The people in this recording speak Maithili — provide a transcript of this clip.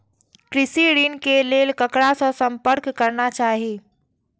कृषि ऋण के लेल ककरा से संपर्क करना चाही?